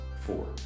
four